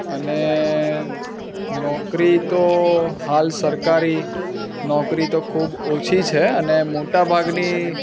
અને નોકરી તો હાલ સરકારી નોકરી તો ખૂબ ઓછી છે અને મોટા ભાગની